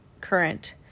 current